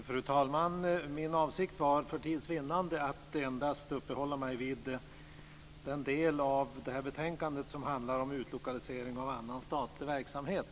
Fru talman! För tids vinnande var det egentligen min avsikt att jag endast skulle uppehålla mig vid den del av betänkandet som handlar om utlokalisering av annan statlig verksamhet.